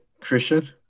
Christian